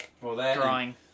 drawing